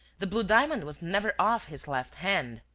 the blue diamond was never off his left hand.